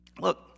look